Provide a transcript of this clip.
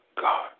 God